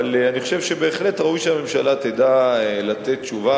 אבל אני חושב שבהחלט ראוי שהממשלה תדע לתת תשובה